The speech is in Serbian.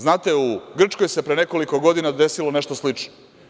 Znate, u Grčkoj se pre nekoliko godina desilo nešto slično.